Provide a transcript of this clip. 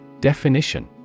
Definition